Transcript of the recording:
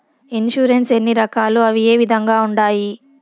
insurance ఎన్ని రకాలు అవి ఏ విధంగా ఉండాయి